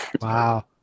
Wow